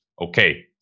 okay